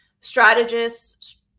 strategists